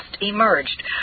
emerged